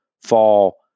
fall